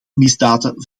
misdaden